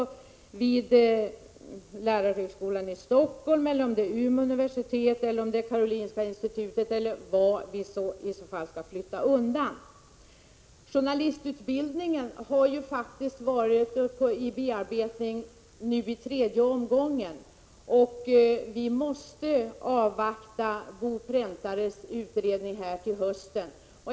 Är det lärarhögskolan i Stockholm, Umeå universitet eller Karolinska institutet? Journalistutbildningen har ju nu faktiskt tagits uppitredje omgången, men vi måste avvakta Bo Präntares utredning som kommer till hösten.